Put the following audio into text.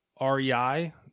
REI